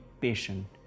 patient